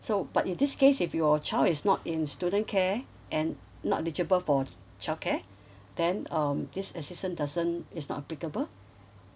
so but in this case if your child is not in student care and not legible for childcare then um this assistance doesn't it's not applicable